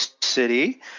City